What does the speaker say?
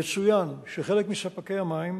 יצוין שחלק מספקי המים